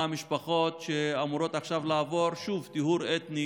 המשפחות שאמורות עכשיו לעבור שוב טיהור אתני